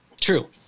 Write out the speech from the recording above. True